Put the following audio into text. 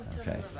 Okay